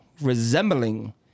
resembling